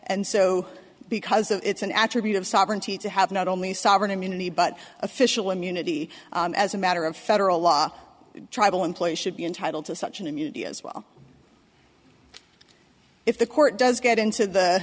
and so because it's an attribute of sovereignty to have not only sovereign immunity but official immunity as a matter of federal law tribal employers should be entitled to such an immunity as well if the court does get into the